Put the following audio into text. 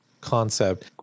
concept